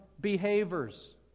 behaviors